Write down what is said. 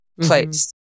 place